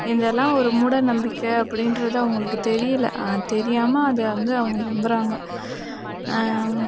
இதெல்லாம் ஒரு மூட நம்பிக்கை அப்படின்றது அவங்களுக்கு தெரியலை தெரியாமல் அதை வந்து அவங்க நம்புகிறாங்க